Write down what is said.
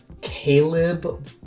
Caleb